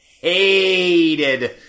hated